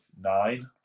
nine